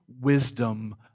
wisdom